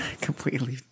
completely